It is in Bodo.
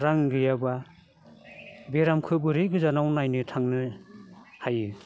रां गैयाब्ला बेरामखौ बोरै गोजानाव नायनो थांनो हायो